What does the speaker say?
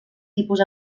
tipus